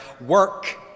work